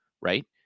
right